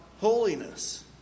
holiness